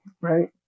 Right